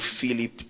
Philip